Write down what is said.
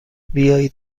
بیایید